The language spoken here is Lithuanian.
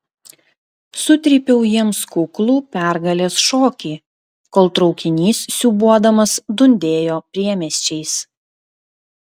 sutrypiau jiems kuklų pergalės šokį kol traukinys siūbuodamas dundėjo priemiesčiais